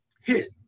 hit